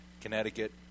Connecticut